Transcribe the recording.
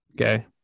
Okay